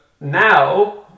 now